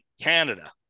Canada